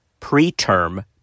Preterm